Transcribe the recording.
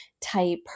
type